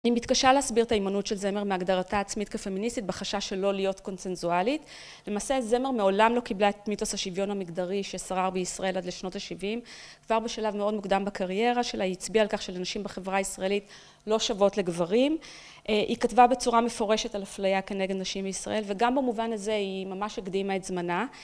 היא מתקשה להסביר את ההימנות של זמר מהגדרתה העצמית כפמיניסטית בחשש שלא להיות קונצנזואלית. למעשה זמר מעולם לא קיבלה את מיתוס השוויון המגדרי ששרר בישראל עד לשנות ה-70. כבר בשלב מאוד מוקדם בקריירה שלה היא הצביעה על כך שלנשים בחברה הישראלית לא שוות לגברים. היא כתבה בצורה מפורשת על הפליה כנגד נשים בישראל וגם במובן הזה היא ממש הקדימה את זמנה.